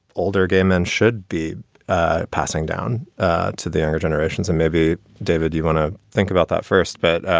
older gay men should be passing down to the younger generations and maybe, david, you want to think about that first. but